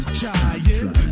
trying